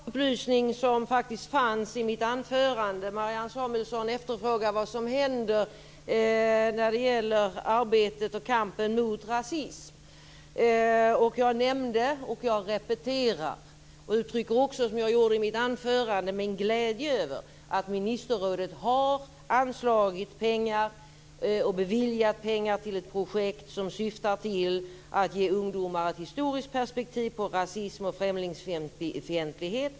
Fru talman! Jag vill lämna en sakupplysning som faktiskt fanns i mitt anförande. Marianne Samuelsson frågade efter vad som händer med arbetet och kampen mot rasism. Jag uttryckte i mitt anförande - och jag repeterar - min glädje över att ministerrådet har anslagit pengar till ett projekt som syftar till att ge ungdomar ett historiskt perspektiv på rasism och främlingsfientlighet.